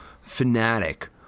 fanatic